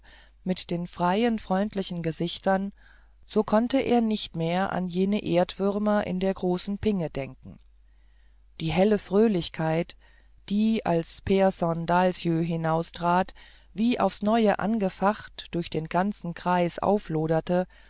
mit den freien freundlichen gesichtern so konnte er nicht mehr an jene erdwürmer in der großen pinge denken die helle fröhlichkeit die als pehrson dahlsjö hinaustrat wie aufs neue angefacht durch den ganzen kreis aufloderte